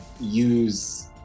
use